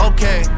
Okay